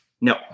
No